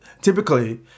typically